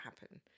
happen